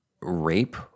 rape